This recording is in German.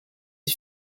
sie